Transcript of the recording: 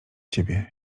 ciebie